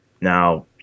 Now